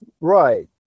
Right